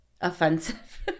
offensive